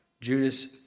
Judas